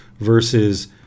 versus